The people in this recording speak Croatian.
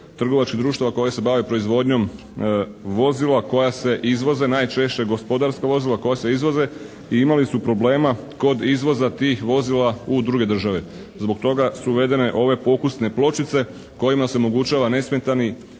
trgovačkih društava koji se bave proizvodnjom vozila koja se izvoze najčešće. Gospodarska vozila koja se izvoze i imali su problema kod izvoza tih vozila u druge države. Zbog toga su uvedene ove pokusne pločice kojima se omogućava nesmetani